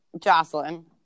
Jocelyn